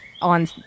on